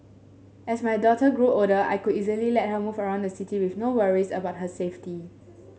as my daughter grew older I could easily let her move around the city with no worries about her safety